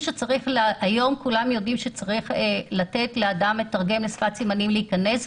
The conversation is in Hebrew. היום כולם יודעים שצריך לתת לאדם לתרגם לשפת סימנים להיכנס,